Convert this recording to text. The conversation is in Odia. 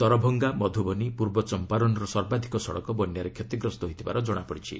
ଦରଭଙ୍ଗା ମଧୁବଶି ପୂର୍ବ ଚମ୍ପାରନ୍ର ସର୍ବାଧିକ ସଡ଼କ ବନ୍ୟାରେ କ୍ଷତିଗ୍ରସ୍ତ ହୋଇଥିବାର ଜଣାପଡ଼ିଛି